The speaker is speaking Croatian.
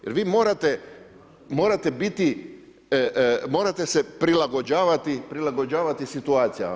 Jer vi morate biti, morate se prilagođavati situacijama.